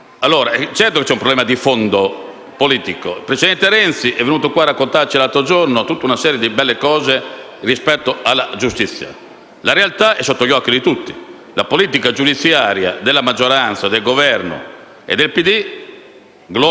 Certo che c'è un problema politico di fondo. Il presidente Renzi è venuto qua a raccontarci, l'altro giorno, tutta una serie di belle cose rispetto alla giustizia, ma la realtà è sotto agli occhi di tutti: la politica giudiziaria della maggioranza, del Governo e del PD, gloria